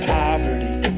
poverty